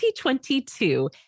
2022